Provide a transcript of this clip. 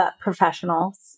professionals